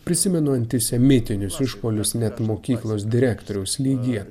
prisimenu antisemitinius išpuolius net mokyklos direktoriaus lygyje